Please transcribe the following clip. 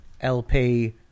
LP